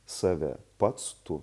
save pats tu